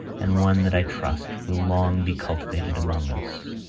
and one that i trust will long be cultivated among us.